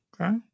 Okay